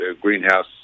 greenhouse